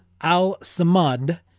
al-Samad